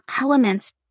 elements